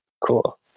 Cool